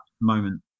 moment